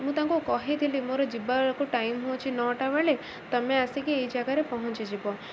ମୁଁ ତାଙ୍କୁ କହିଥିଲି ମୋର ଯିବାକୁ ଟାଇମ୍ ହେଉଛି ନଅଟା ବେଳେ ତମେ ଆସିକି ଏଇ ଜାଗାରେ ପହଁଞ୍ଚିଯିବ